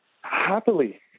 happily